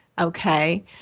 okay